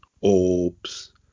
orbs